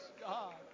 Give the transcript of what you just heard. God